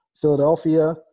Philadelphia